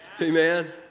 Amen